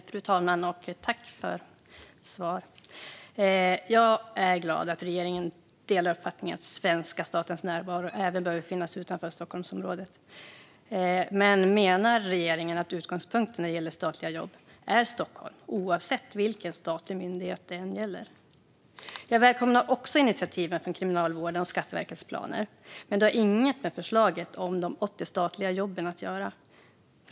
Fru talman! Jag tackar ministern för svaret. Jag är glad att regeringen delar uppfattningen att svenska statens närvaro även behöver finnas utanför Stockholmsområdet. Men menar regeringen att utgångspunkten när det gäller statliga jobb är Stockholm, oavsett vilken statlig myndighet det gäller? Jag välkomnar initiativen från Kriminalvården och planerna från Skatteverket. Men detta har ingenting med förslaget om de 80 statliga jobben att göra.